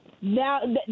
Now